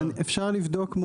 אפשר לבדוק,